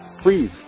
please